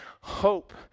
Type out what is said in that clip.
hope